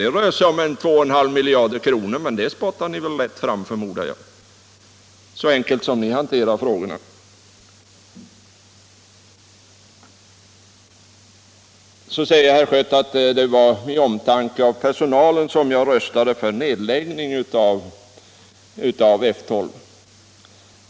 Det rör sig om 2,5 miljarder kronor, men jag förmodar att ni lätt spottar fram den summan, så enkelt som ni hanterar frågorna. Herr Schött sade att det var av omtanke om personalen som jag röstade för nedläggning av F 12.